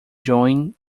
join